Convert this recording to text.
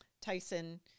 Tyson